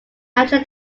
nature